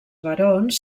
barons